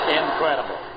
incredible